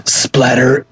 splatter